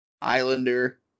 Islander